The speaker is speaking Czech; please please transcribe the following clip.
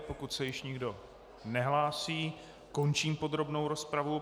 Pokud se již nikdo nehlásí, končím podrobnou rozpravu.